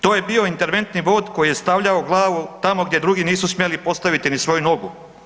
To je bio interventni vod koji je stavljao glavu tamo gdje drugi nisu smjeli postaviti ni svoju nogu.